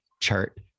chart